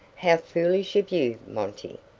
how foolish of you, monty!